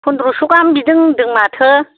पन्द्रस' गाहाम बिदों होन्दों माथो